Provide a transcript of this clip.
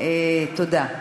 תודה.